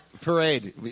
Parade